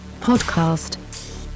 Podcast